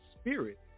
Spirit